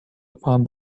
upon